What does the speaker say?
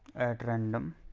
at random